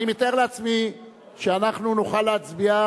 אני קובע שהכנסת קיבלה בקריאה